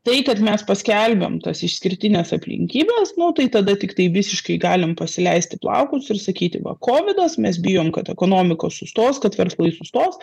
tai kad mes paskelbėm tas išskirtines aplinkybes nu tai tada tiktai visiškai galim pasileisti plaukus ir sakyti va kovidas mes bijom kad ekonomika sustos kad verslai sustos